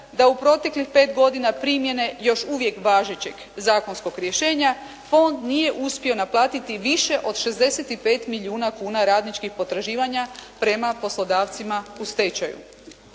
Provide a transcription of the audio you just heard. da u proteklih pet godina primjene još uvijek važećeg zakonskog rješenja fond nije uspio naplatiti više od 65 milijuna kuna radničkih potraživanja prema poslodavcima u stečaju.